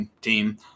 team